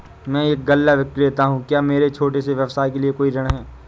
मैं एक गल्ला विक्रेता हूँ क्या मेरे छोटे से व्यवसाय के लिए कोई ऋण है?